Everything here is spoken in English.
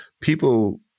people